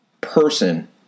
person